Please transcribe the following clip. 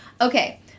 Okay